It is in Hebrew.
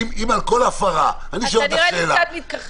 אם על כל הפרה אני שואל אותך שאלה --- אתה נראה לי קצת מתכחש.